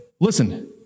listen